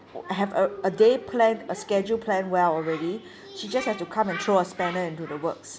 I have a a day plan a schedule plan well already she just have to come and throw a spanner into the works